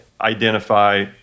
identify